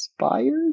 Inspired